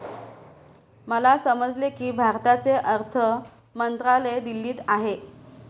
मला समजले की भारताचे अर्थ मंत्रालय दिल्लीत आहे